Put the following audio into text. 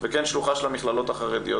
וכן שלוחה של המכללות החרדיות.